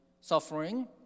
suffering